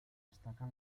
destacan